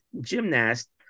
gymnast